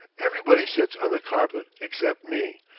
everybody sits on the carpet except me,